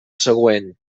següent